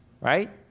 right